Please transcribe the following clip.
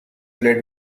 played